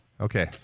Okay